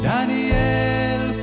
Daniel